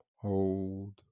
Hold